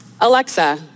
Alexa